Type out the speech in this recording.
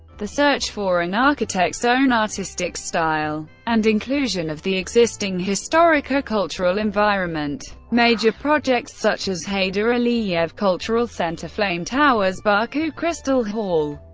the search for an architect's own artistic style and inclusion of the existing historico-cultural environment. major projects such as heydar aliyev cultural center, flame towers, baku crystal hall,